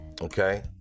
okay